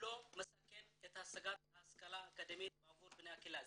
לא מסכן את השגת ההשכלה האקדמית בעבור בני הקהילה.